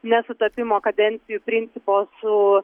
nesutapimo kadencijų principo su